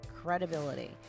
credibility